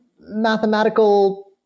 mathematical